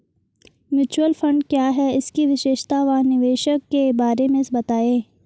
Mutual fund क्या है इसकी विशेषता व निवेश के बारे में बताइये?